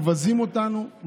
מבזים אותנו,